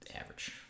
average